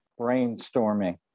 brainstorming